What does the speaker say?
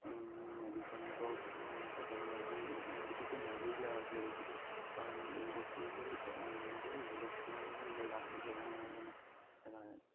medicine তাৰপা মেগী বিশেষকে মেগীয়ে লোৱা হৈছিলে বেছিকে কাৰণ এইবোৰ বস্তুবোৰ মানে কি হ'ল বস্তু মানে কি হ'ল জেগাত জেগা নহয় কিয়নো সেইকাৰণে